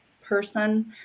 person